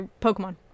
Pokemon